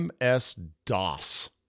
MS-DOS